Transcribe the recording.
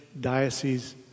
diocese